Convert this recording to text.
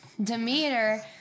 Demeter